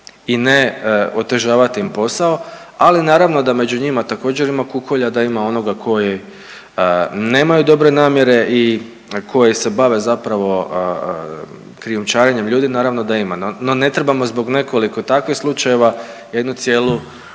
i ne otežavati im posao, ali naravno da među ima također ima kukolja, da ima onoga koji nemaju dobre namjere i koji se bave zapravo krijumčarenjem ljudi naravno da ima. No, ne trebamo zbog nekoliko takvih slučajeva jednu cijelu